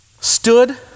stood